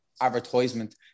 advertisement